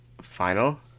final